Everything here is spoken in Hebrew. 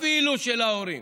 אפילו של ההורים,